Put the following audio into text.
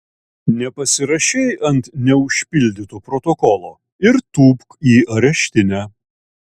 nepasirašei ant neužpildyto protokolo ir tūpk į areštinę